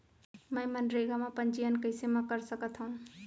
मैं मनरेगा म पंजीयन कैसे म कर सकत हो?